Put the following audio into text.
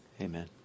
Amen